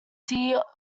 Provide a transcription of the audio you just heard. tea